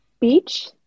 Beach